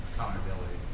Accountability